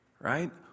Right